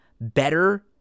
better